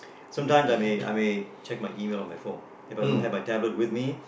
sometimes I may I may check my email on my phone If I don't have my tablet with me